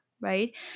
right